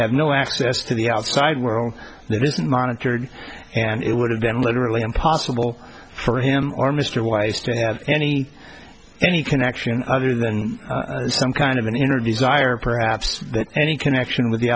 have no access to the outside world there isn't monitored and it would have been literally impossible for him or mr weiss to have any any connection other than some kind of an inner desire perhaps any connection with the